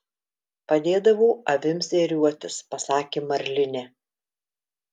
padėdavau avims ėriuotis pasakė marlinė